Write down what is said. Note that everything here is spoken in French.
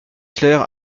clair